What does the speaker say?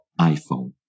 iPhone